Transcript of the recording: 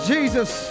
Jesus